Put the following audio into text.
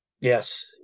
yes